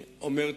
אני אומר תמיד,